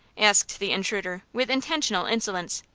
asked the intruder, with intentional insolence.